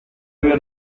ruido